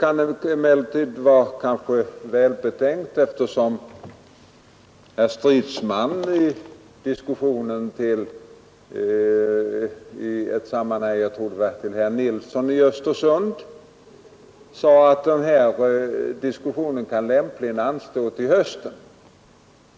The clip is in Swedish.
Som herr Stridsman sade i ett replikskifte med, vill jag minnas, herr Nilsson i Östersund kan emellertid denna diskussion lämpligen anstå till hösten.